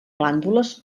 glàndules